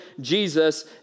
Jesus